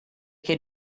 can